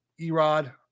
Erod